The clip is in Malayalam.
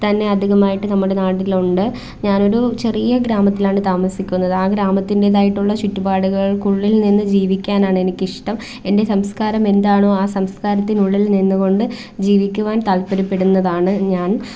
തന്നെ അധികമായിട്ട് നമ്മുടെ നാട്ടിലുണ്ട് ഞാനൊരു ചെറിയ ഗ്രാമത്തിലാണ് താമസിക്കുന്നത് ആ ഗ്രാമത്തിൻ്റെതായിട്ടുള്ള ചുറ്റുപാടുകൾക്കുള്ളിൽ നിന്നു ജീവിക്കാനാണ് എനിക്കിഷ്ടം എൻ്റെ സംസ്കാരം എന്താണോ ആ സംസ്കാരത്തിനുള്ളിൽ നിന്നുകൊണ്ട് ജീവിക്കാൻ താല്പര്യപ്പെടുന്നതാണ് ഞാൻ